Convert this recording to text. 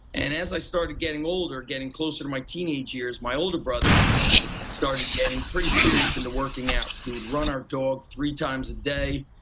and as i started getting older, getting closer to my teenager years, my older brother started getting pretty serious into working out. he would run our dog three times a day,